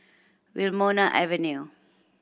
Wilmonar Avenue